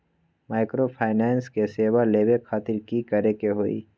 Microfinance के सेवा लेबे खातीर की करे के होई?